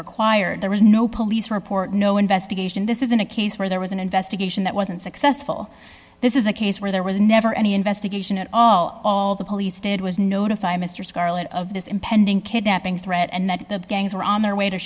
required there was no police report no investigation this isn't a case where there was an investigation that wasn't successful this is a case where there was never any investigation at all all the police did was notify mr scarlett of this impending kidnapping threat and that the gangs were on their way to